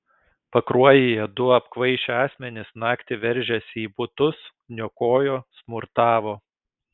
pakruojyje du apkvaišę asmenys naktį veržėsi į butus niokojo smurtavo